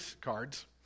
cards